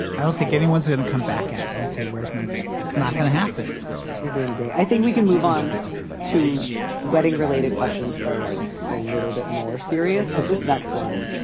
i don't think anyone's going to come back at you and say, where's my gift? that's not going to happen you're doing great. i think we can move on to wedding related questions that are like a little bit more serious because this next one.